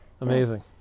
amazing